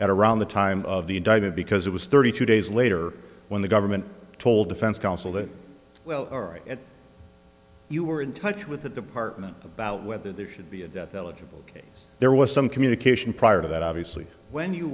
at around the time of the indictment because it was thirty two days later when the government told defense counsel that well you were in touch with the department about whether there should be a death eligible case there was some communication prior to that obviously when you